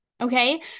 okay